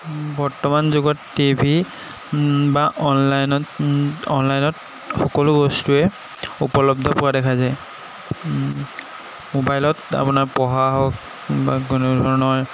বৰ্তমান যুগত T V বা অনলাইনত অনলাইনত সকলো বস্তুৱে উপলব্ধ পোৱা দেখা যায় মোবাইলত আপোনাৰ পঢ়া হওক বা কোনো ধৰণৰ